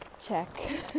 check